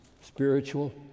spiritual